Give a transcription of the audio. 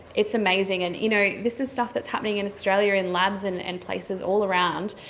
it's amazing. and you know this is stuff that's happening in australia in labs and and places all around,